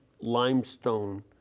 limestone